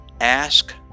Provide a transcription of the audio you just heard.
ask